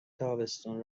تابستون